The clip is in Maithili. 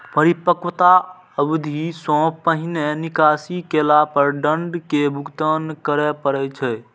परिपक्वता अवधि सं पहिने निकासी केला पर दंड के भुगतान करय पड़ै छै